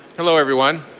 hello, everyone.